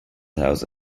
house